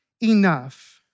enough